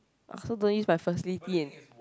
so don't use my facility and